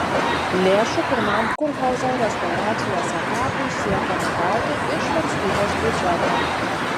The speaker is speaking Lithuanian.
lėšų pirmam kurhauzo restauracijos etapui siekiama gauti iš valstybės biudžeto